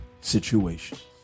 Situations